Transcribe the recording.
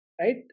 right